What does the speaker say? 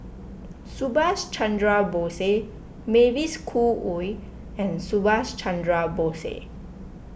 Subhas Chandra Bose Mavis Khoo Oei and Subhas Chandra Bose